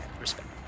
Respect